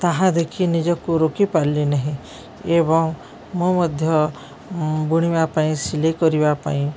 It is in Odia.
ତାହା ଦେଖି ନିଜକୁ ରୋକି ପାରିଲି ନାହିଁ ଏବଂ ମୁଁ ମଧ୍ୟ ବୁଣିବା ପାଇଁ ସିଲେଇ କରିବା ପାଇଁ